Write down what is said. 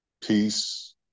peace